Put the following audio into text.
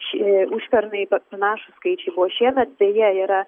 šie užpernai pa panašūs skaičiai buvo šiemet beje yra